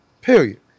Period